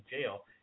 Jail